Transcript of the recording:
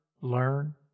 learn